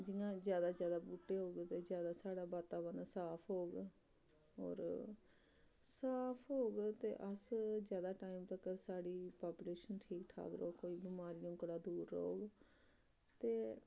जि'यां ज्यादा ज्यादा बूह्टे होग ते ज्यादा साढ़ा वातावरण साफ होग होर साफ होग ते अस ज्यादा टाइम तगर साढ़ी पापुलेशन ठीक ठाक रौह्ग कोई बमारियें कोला दूर रौह्ग ते